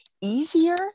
easier